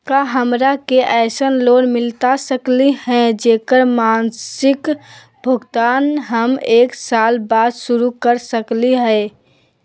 का हमरा के ऐसन लोन मिलता सकली है, जेकर मासिक भुगतान हम एक साल बाद शुरू कर सकली हई?